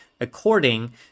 according